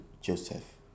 Joseph